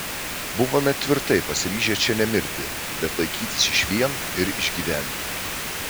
buvome tvirtai pasiryžę čia nemirti bet laikytis išvien ir išgyventi